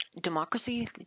Democracy